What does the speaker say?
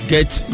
get